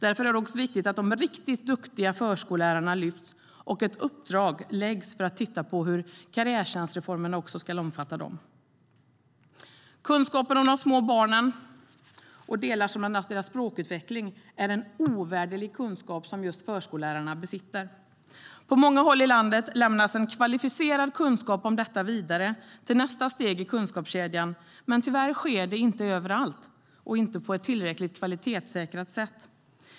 Därför är det också viktigt att de riktigt duktiga förskollärarna lyfts och att ett uppdrag också läggs för att titta på hur karriärstjänstreformer också ska omfatta dem. Kunskapen om de små barnen och delar som bland annat deras språkutveckling är en ovärderlig kunskap som förskollärarna besitter. På många håll i landet lämnas en kvalificerad kunskap om detta vidare till nästa steg i kunskapskedjan, men tyvärr sker det inte överallt och inte på ett tillräckligt kvalitetssäkrat sätt.